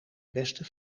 beste